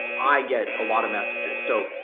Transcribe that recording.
i get a lot of messages. so,